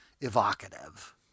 evocative